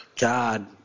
God